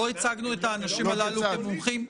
לא הצגנו את האנשים הללו כמומחים.